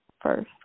first